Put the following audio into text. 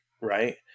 right